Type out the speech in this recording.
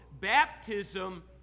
baptism